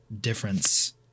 difference